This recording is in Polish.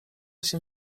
się